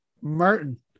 Martin